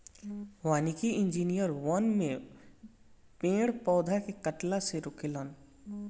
वानिकी इंजिनियर वन में पेड़ पौधा के कटला से रोके लन